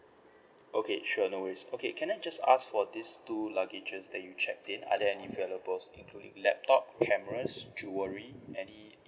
okay sure no worries okay can I just ask for these two luggage that you checked in are there any valuables including laptop cameras jewellery any